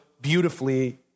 beautifully